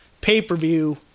pay-per-view